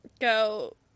go